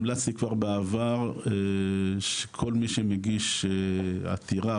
המלצתי כבר בעבר שכל מי שמגיש עתירה,